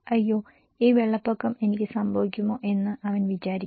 അയ്യോ ഈ വെള്ളപ്പൊക്കം എനിക്ക് സംഭവിക്കുമോ എന്ന് അവൻ വിചാരിക്കും